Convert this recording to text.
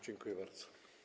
Dziękuję bardzo.